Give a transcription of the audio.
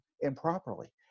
improperly